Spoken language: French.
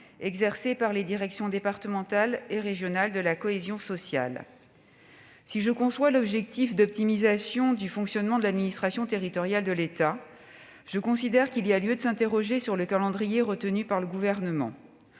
exercées par les directions départementales et régionales de la cohésion sociale. Si je conçois l'objectif d'optimisation du fonctionnement de l'administration territoriale de l'État, je considère qu'il y a lieu de s'interroger sur le calendrier retenu par le Gouvernement.